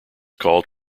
called